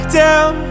down